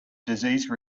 disease